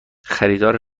خریدار